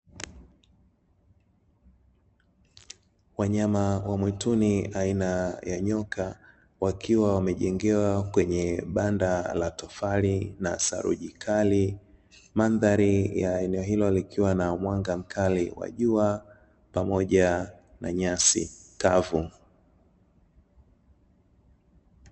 Wanyama wa mwituni aina ya nyoka, wakiwa wamejengewa kwenye banda la tofali na saruji kali, mandhari ya eneo hilo likiwa na mwanga mkali wa jua pamoja na nyasi kavu.